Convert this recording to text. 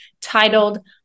titled